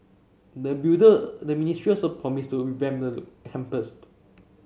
the builder the ministry also promised to revamp the